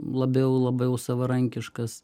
labiau labiau savarankiškas